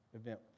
event